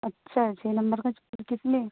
اچھا اسی نمبر کا چپل کس لیے